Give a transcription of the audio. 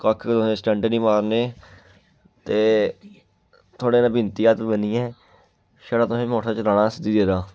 कक्ख तुसें स्टंट निं मारने ते थुआढ़े ने विनती ऐ हत्थ बन्नियै छड़ा तुसें मोटर चलाना सिद्धी तरह्